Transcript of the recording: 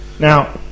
Now